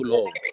Lord